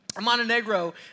Montenegro